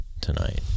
tonight